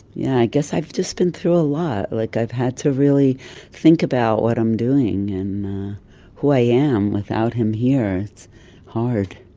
yeah i guess i've just been through a lot. like, i've had to really think about what i'm doing and who i am without him here. it's hard.